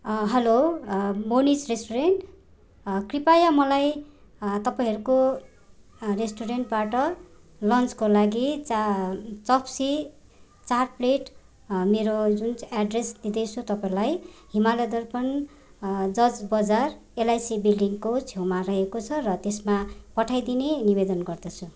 hello Monish restaurant कृपया मलाई तपाईँहरूको रेस्टुरेन्टबाट लन्चको लागि चार चप्सी चार प्लेट मेरो जुन चाहिँ एड्रेस दिँदैछु तपाईँलाई हिमालय दर्पण जर्ज बजार एलआइसी बिल्डिङको छेउमा रहेको छ र त्यसमा पठाइदिने निवेदन गर्दछु